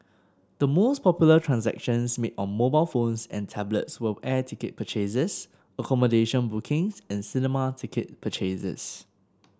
the most popular transactions made on mobile phones and tablets were air ticket purchases accommodation bookings and cinema ticket purchases